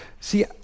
See